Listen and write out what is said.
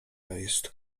jest